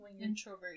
Introvert